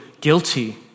guilty